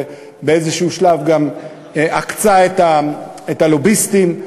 ובאיזשהו שלב גם עקצה את הלוביסטים,